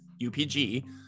upg